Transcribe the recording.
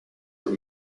were